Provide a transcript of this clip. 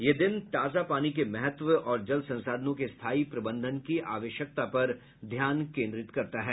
यह दिन ताजा पानी के महत्व और जल संसाधनों के स्थायी प्रबंधन की आवश्यकता पर ध्यान केंद्रित करता है